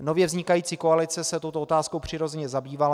Nově vznikající koalice se touto otázkou přirozeně zabývala.